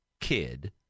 kid